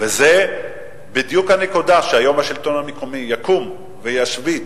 זו בדיוק הנקודה שהיום השלטון המקומי יקום וישבית